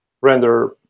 render